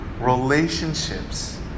relationships